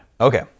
Okay